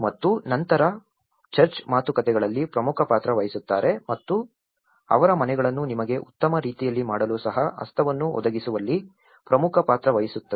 ಮತ್ತು ನಂತರ ಚರ್ಚ್ ಮಾತುಕತೆಗಳಲ್ಲಿ ಪ್ರಮುಖ ಪಾತ್ರ ವಹಿಸುತ್ತದೆ ಮತ್ತು ಅವರ ಮನೆಗಳನ್ನು ನಿಮಗೆ ಉತ್ತಮ ರೀತಿಯಲ್ಲಿ ಮಾಡಲು ಸಹಾಯ ಹಸ್ತವನ್ನು ಒದಗಿಸುವಲ್ಲಿ ಪ್ರಮುಖ ಪಾತ್ರ ವಹಿಸುತ್ತದೆ